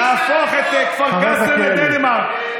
להפוך את כפר קאסם לדנמרק.